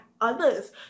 others